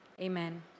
amen